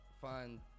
find